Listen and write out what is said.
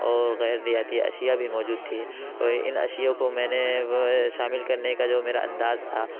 اور غیر رعایتی اشیا بھی موجود تھیں اور ان اشیاؤں کو میں نے شامل کرنے کا جو میرا انداز تھا